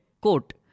quote